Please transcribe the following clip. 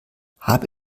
habe